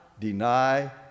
deny